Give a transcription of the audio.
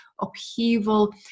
upheaval